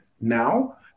now